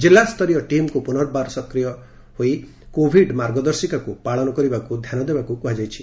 ଜିଲ୍ଲାସ୍ତରୀୟ ଟିମ୍କୁ ପୁନର୍ବାର ସକ୍ରିୟ ହୋଇ କୋଭିଡ ମାର୍ଗଦର୍ଶିକାକୁ ପାଳନ କରିବାକୁ ଧାନ ଦେବାକୁ କୁହାଯାଇଛି